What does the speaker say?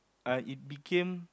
uh it became